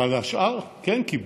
אבל השאר כן קיבלו.